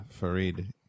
Fareed